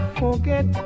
forget